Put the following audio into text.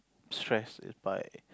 stress is by